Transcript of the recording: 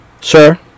sir